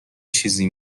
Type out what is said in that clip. چیزی